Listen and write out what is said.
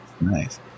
Nice